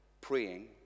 praying